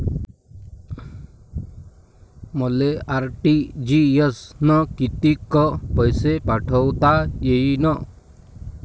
मले आर.टी.जी.एस न कितीक पैसे पाठवता येईन?